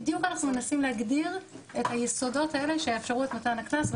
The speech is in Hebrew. בדיוק אנחנו מנסים להגדיר את היסודות האלה של אפשרות מתן הקנס,